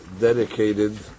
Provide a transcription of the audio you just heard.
dedicated